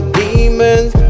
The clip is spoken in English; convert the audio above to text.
demons